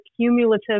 cumulative